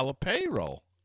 payroll